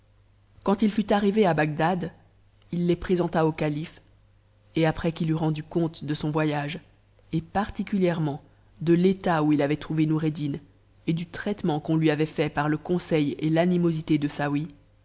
quand il fut arrivé à bagdad il les présenta au calife et après qu'il eut rendu compte de son voyage et particulièrement de l'état où il avait trouvé noureddin et du traitement qu'on lui avait fait par le conseil et l'animosité de saouy